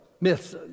myths